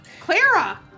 Clara